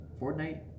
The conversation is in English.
Fortnite